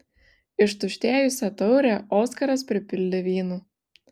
ištuštėjusią taurę oskaras pripildė vynu